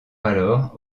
alors